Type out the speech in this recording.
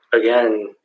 again